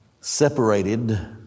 separated